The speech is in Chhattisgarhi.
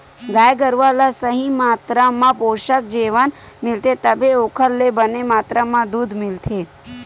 गाय गरूवा ल सही मातरा म पोसक जेवन मिलथे तभे ओखर ले बने मातरा म दूद मिलथे